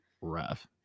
rough